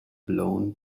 blown